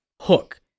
hook